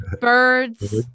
birds